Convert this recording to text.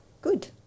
good